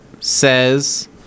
Says